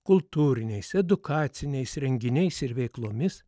kultūriniais edukaciniais renginiais ir veiklomis